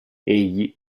egli